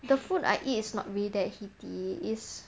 the food I eat is not really that heat it's